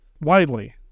widely